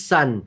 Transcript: Son